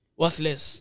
worthless